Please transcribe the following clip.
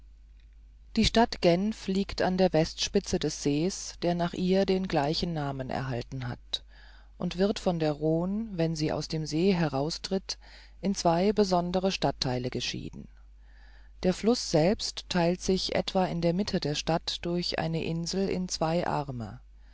die stadt genf liegt an der westspitze des sees der nach ihr den gleichen namen erhalten hat und wird von der rhone wenn sie aus dem see heraustritt in zwei besondere stadttheile geschieden der fluß selbst theilt sich etwa in der mitte der stadt durch eine insel in zwei arme